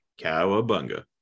Cowabunga